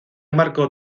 marcó